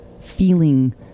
feeling